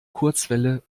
kurzwelle